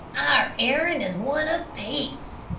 our errand is one of peace.